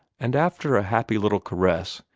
and, after a happy little caress,